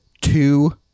two